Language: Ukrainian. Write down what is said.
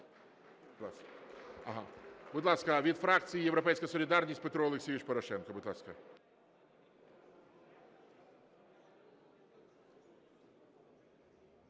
Будь ласка, від фракції "Європейська солідарність" Петро Олексійович Порошенко.